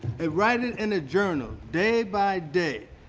ah write it in a journal, day by day.